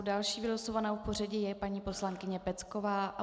Další vylosovanou v pořadí je paní poslankyně Pecková.